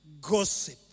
gossip